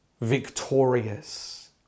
victorious